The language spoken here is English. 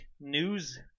news